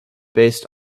based